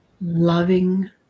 loving